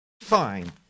fine